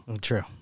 True